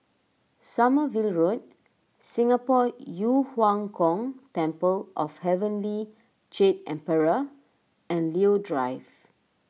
Sommerville Road Singapore Yu Huang Gong Temple of Heavenly Jade Emperor and Leo Drive